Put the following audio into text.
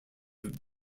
dive